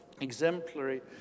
exemplary